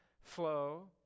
flow